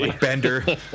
Bender